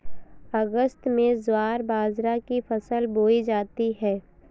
अगस्त में ज्वार बाजरा की फसल बोई जाती हैं